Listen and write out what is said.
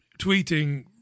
tweeting